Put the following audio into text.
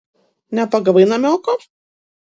nepagavai namioko